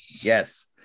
yes